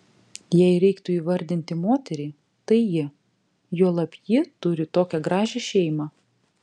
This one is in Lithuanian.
jei reiktų įvardinti moterį tai ji juolab ji turi tokią gražią šeimą